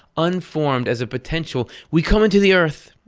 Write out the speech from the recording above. unformed as a potential. we come into the earth.